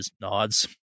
nods